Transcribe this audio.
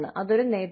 അതൊരു നേട്ടമാണ്